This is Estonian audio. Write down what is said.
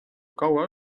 kaua